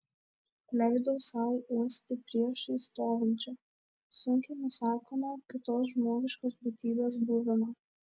leidau sau uosti priešais stovinčią sunkiai nusakomą kitos žmogiškos būtybės buvimą